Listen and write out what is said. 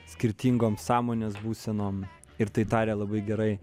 skirtingom sąmonės būsenomis ir tai darė labai gerai